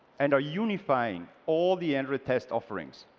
and a unifying all the android test offerings.